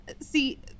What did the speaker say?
See